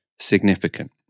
significant